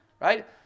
right